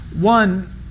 One